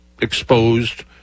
Exposed